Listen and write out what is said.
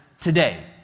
today